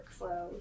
workflow